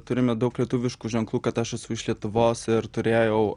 turime daug lietuviškų ženklų kad aš esu iš lietuvos ir turėjau